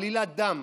עלילת דם,